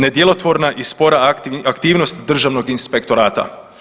Nedjelotvorna i spora aktivnost Državnog inspektorata.